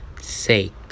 sake